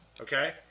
Okay